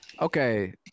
okay